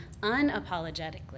unapologetically